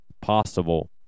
possible